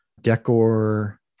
decor